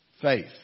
Faith